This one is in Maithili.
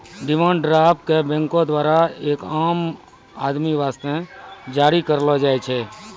डिमांड ड्राफ्ट क बैंको द्वारा एक आदमी वास्ते जारी करलो जाय छै